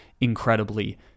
incredibly